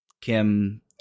Kim